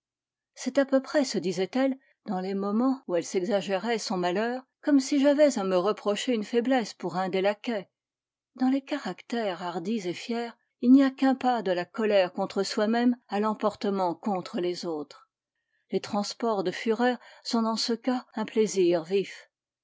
c'est à peu près se disait-elle dans les moments où elle s'exagérait son malheur comme si j'avais à me reprocher une faiblesse pour un des laquais dans les caractères hardis et fiers il n'y a qu'un pas de la colère contre soi-même à l'emportement contre les autres les transports de fureur sont dans ce cas un plaisir